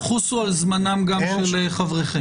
אנא, חוסו על זמנם גם של חבריכם.